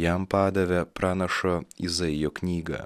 jam padavė pranašo izaijo knygą